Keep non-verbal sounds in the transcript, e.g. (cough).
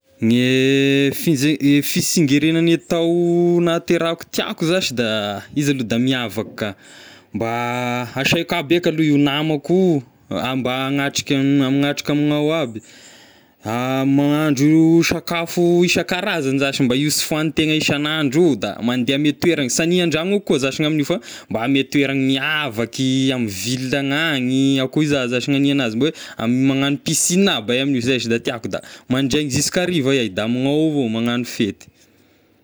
Gne finj- i fisingeragnan'ny tao nahaterahako tiako zashy da izy aloha da miavaka ka, mba hasaiko aby eka aloha io namako io, (hesitation) mba hagnatrika ny hagnatrika amignao aby, (hesitation) mahandro sakafo isan-karazagny zashy mba io sy fohagnitegna isan'andro io, da mandeha ame toeragna sy hania an-dragno koa zashy ny amign'io fa mba ame toeragny miavaky, ame ville agn'any, akoa za izy nania agnazy mba hoe amign'ny magnano piscine aby zay sy raha tiako, da mandraigny jusqu'a hariva iahy da amignao avao magnano fety.